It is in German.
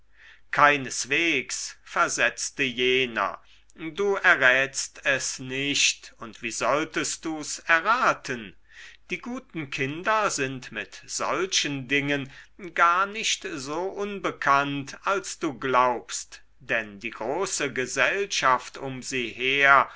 keineswegs versetzte jener du errätst es nicht und wie solltest du's erraten die guten kinder sind mit solchen dingen gar nicht so unbekannt als du glaubst denn die große gesellschaft um sie her